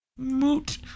Moot